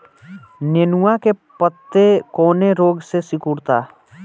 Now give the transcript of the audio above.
नेनुआ के पत्ते कौने रोग से सिकुड़ता?